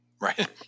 Right